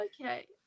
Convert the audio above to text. Okay